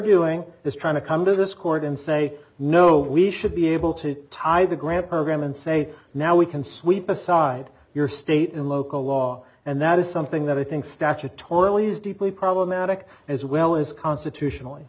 viewing is trying to come to this court and say no we should be able to tie the grant program and say now we can sweep aside your state and local law and that is something that i think statutorily is deeply problematic as well as constitutionally